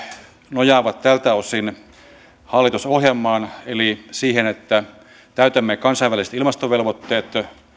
nojaavat tältä osin hallitusohjelmaan eli siihen että täytämme kansainväliset ilmastovelvoitteet